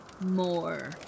More